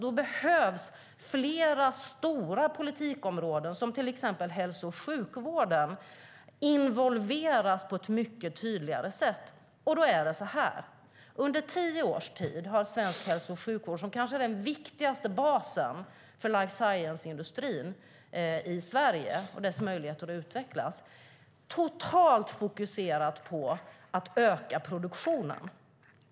Då behöver flera stora politikområden, till exempel hälso och sjukvården, involveras på ett mycket tydligare sätt. Under tio års tid har svensk hälso och sjukvård, som kanske är den viktigaste basen för life science-industrin i Sverige och dess möjligheter att utvecklas, totalt fokuserat på att öka produktionen.